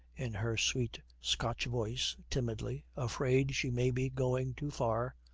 in her sweet scotch voice, timidly, afraid she may be going too far,